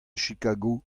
chicago